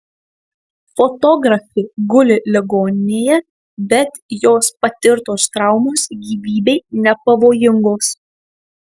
fotografė guli ligoninėje bet jos patirtos traumos gyvybei nepavojingos